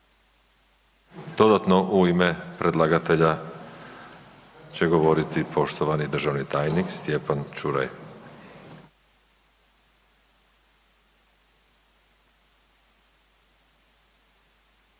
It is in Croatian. Dodatno u ime predlagatelja će govoriti poštovani državni tajnik, Stjepan Čuraj.